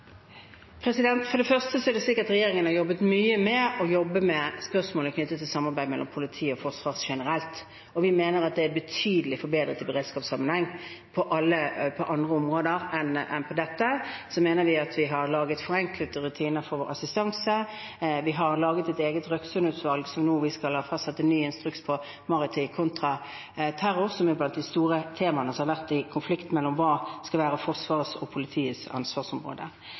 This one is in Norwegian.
For det første er det slik at regjeringen har jobbet mye med spørsmålet knyttet til samarbeid mellom politi og forsvar generelt. Vi mener at det er betydelig forbedret i beredskapssammenheng. På andre områder enn dette mener vi at vi har laget forenklede rutiner for assistanse, og vi har laget et eget Røksund-utvalg i forbindelse med at vi nå skal fastsette en ny instruks for maritim kontraterror, som har vært blant de store temaene i konflikten mellom hva som skal være henholdsvis Forsvarets og politiets ansvarsområde.